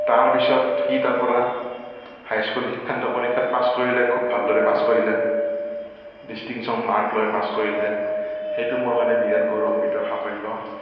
তাৰ পিছত সি তাৰ পৰা হাই স্কুল শিক্ষান্ত পৰীক্ষাত পাছ কৰিলে খুব ভাল দৰে পাছ কৰিলে ডিষ্টিংশ্যন মাৰ্ক লৈ পাছ কৰিলে সেইটো মোৰ কাৰণে বিৰাট গৌৰৱান্বিত সাফল্য